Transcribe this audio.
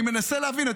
אני מנסה להבין,